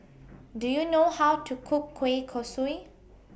Do YOU know How to Cook Kueh Kosui